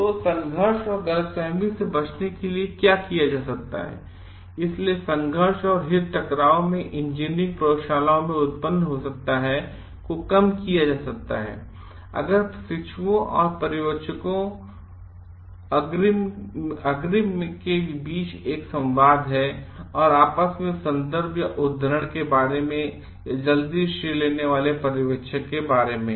तो संघर्ष और गलतफहमी से बचने के लिए क्या किया जा सकता है इसलिए संघर्ष और हिट टकराव इंजीनियरिंग प्रयोगशालाओं में उत्पन्न हो सकता है को कम किया जा सकता है अगर प्रशिक्षुओं और पर्यवेक्षकों अग्रिम में के बीच एक संवाद है आपस में सन्दर्भ या उद्धरण के बारे में या जल्दी श्रेय देने वाले पर्यवेक्षक के बारे में